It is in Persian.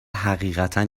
حقیقتا